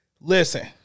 Listen